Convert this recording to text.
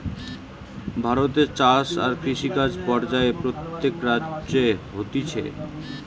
ভারতে চাষ আর কৃষিকাজ পর্যায়ে প্রত্যেক রাজ্যে হতিছে